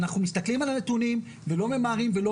אנחנו מסתכלים על הנתונים ולא ממהרים ולא